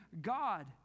God